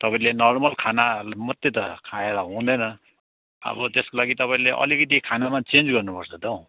तपाईँले नर्मल खाना मात्रै त खाएर हुँदैन अब त्यसको लागि तपाईँले अलिकति खानामा चेन्ज गर्नुपर्छ त हौ